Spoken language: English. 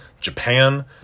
Japan